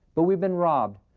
but we've been robbed.